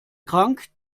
krank